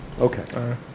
Okay